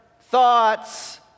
thoughts